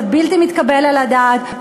זה בלתי מתקבל על הדעת.